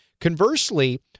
Conversely